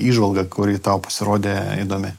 įžvalgą kuri tau pasirodė įdomi